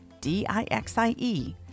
D-I-X-I-E